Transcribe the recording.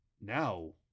Now